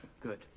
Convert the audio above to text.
Good